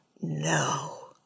No